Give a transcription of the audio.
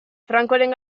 francoren